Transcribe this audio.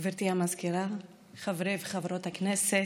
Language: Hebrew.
גברתי המזכירה, חברי וחברות הכנסת,